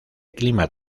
clima